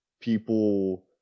People